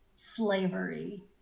slavery